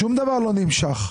תסבירו.